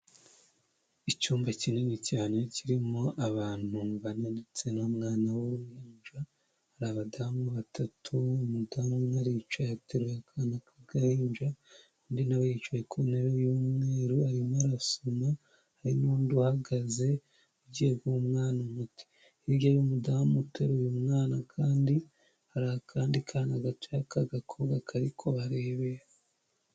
Icyumba kinini cyane kirimo abantu bananutse n'umwana w'uruhinja, ni abadamu batatu, umudamu umwe aricaye ateruye akana k'agahinja; undi na we yicaye ku ntebe y'umweru arimo arasoma, hari n'undi uhagaze ugiye guha umwana umuti. Hirya y'umudamu uteru umwana kandi, hari akandi kana gatoya k'agakobwa kari kubarebe.